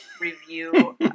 review